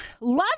love